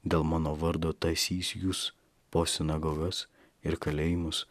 dėl mano vardo tąsys jus po sinagogas ir kalėjimus